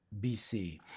BC